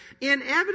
inevitably